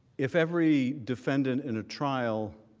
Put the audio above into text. if every defendant in a trial,